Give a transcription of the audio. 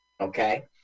okay